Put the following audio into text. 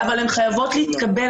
-- אבל הן חייבות להתקבל.